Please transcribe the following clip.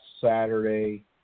Saturday